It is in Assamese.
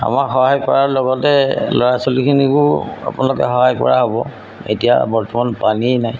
আমাক সহায় কৰাৰ লগতে ল'ৰা ছোৱালীখিনিকো আপোনালোকে সহায় কৰা হ'ব এতিয়া বৰ্তমান পানীয়ে নাই